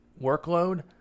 workload